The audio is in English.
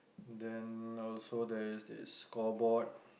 then also there is this call board